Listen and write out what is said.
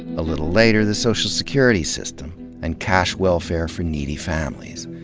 a little later, the social security system and cash welfare for needy families.